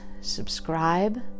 subscribe